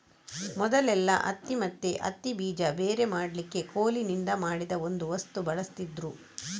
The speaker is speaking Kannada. ಮೊದಲೆಲ್ಲಾ ಹತ್ತಿ ಮತ್ತೆ ಹತ್ತಿ ಬೀಜ ಬೇರೆ ಮಾಡ್ಲಿಕ್ಕೆ ಕೋಲಿನಿಂದ ಮಾಡಿದ ಒಂದು ವಸ್ತು ಬಳಸ್ತಿದ್ರು